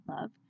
love